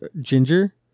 ginger